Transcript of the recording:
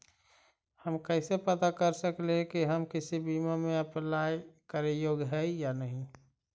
हम कैसे पता कर सकली हे की हम किसी बीमा में अप्लाई करे योग्य है या नही?